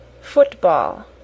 football